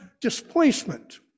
displacement